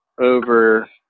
over